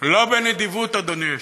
לא בנדיבות, אדוני היושב-ראש.